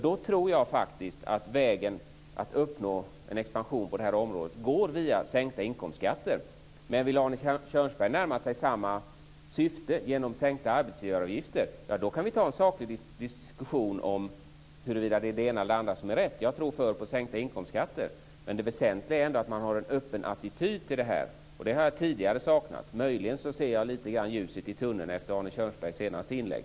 Då tror jag faktiskt att vägen att uppnå en expansion på det här området går via sänkta inkomstskatter. Men vill Arne Kjörnsberg närma sig samma syfte genom sänkta arbetsgivaravgifter, då kan vi ta en saklig diskussion om huruvida det är det ena eller det andra som är rätt. Jag tror mera på sänkta inkomstskatter. Det väsentliga är att man har en öppen attityd. Det har jag tidigare saknat. Möjligen ser jag lite ljus i tunneln efter Arne Kjörnsberg senaste inlägg.